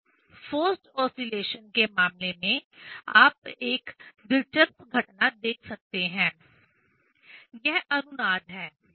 यहां forced oscillation के मामले में आप दिलचस्प घटना देख सकते हैं यह अनुनाद है